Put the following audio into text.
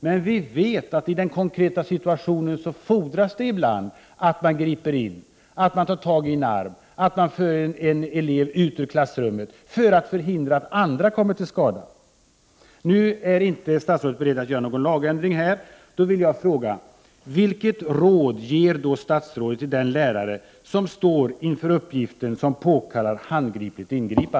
Men vi vet att i den konkreta situationen fordras det ibland att man griper in, tar tag i en arm, för en elev ut ur klassrummet, för att förhindra att andra kommer till skada.